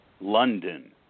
London